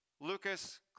Lucas